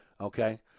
Okay